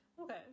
Okay